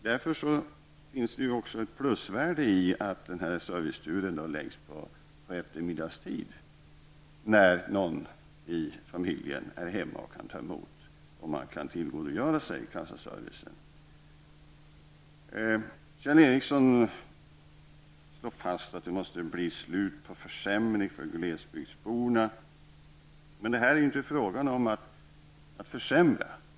Därför anser jag att det finns ett plusvärde i detta med en servicetur på eftermiddagen, när åtminstone någon familjemedlem är hemma och kan ta emot. Då kan man tillgodogöra sig kassaservicen. Kjell Ericsson slår fast att det måste bli slut på försämringarna för glesbygdsborna. Jag vill dock säga att det inte är fråga om att försämra.